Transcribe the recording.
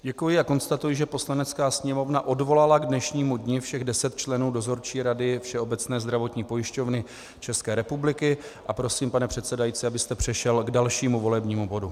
Děkuji a konstatuji, že Poslanecká sněmovna odvolala k dnešnímu dni všech deset členů Dozorčí rady Všeobecné zdravotní pojišťovny České republiky, a prosím, pane předsedající, abyste přešel k dalšímu volebnímu bodu.